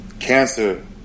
cancer